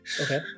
Okay